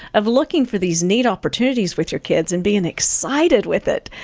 of looking for these neat opportunities with your kids and being excited with it,